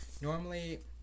Normally